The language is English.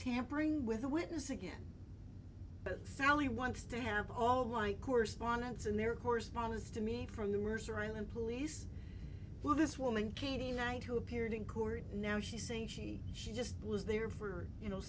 tampering with a witness again but sally wants to have all my correspondence and their correspondence to me from the mercer island police but this woman katie knight who appeared in court now she's saying she she just was there for her you know